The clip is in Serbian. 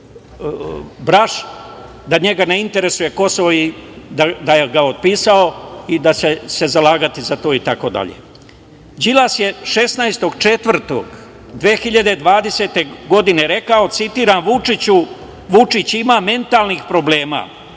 Braš, da njega ne interesuje Kosovo i da ga je otpisao i da će se zalagati za to itd. Đilas je 16.04.2020. godine rekao: „Vučić ima mentalnih problema.